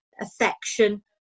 affection